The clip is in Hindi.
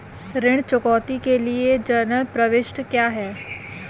ऋण चुकौती के लिए जनरल प्रविष्टि क्या है?